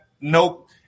Nope